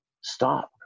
Stop